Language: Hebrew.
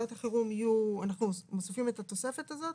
וכשאנחנו מוסיפים את התוספת הזאת,